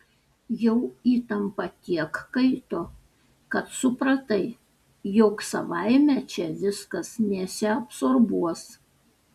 jau įtampa tiek kaito kad supratai jog savaime čia viskas nesiabsorbuos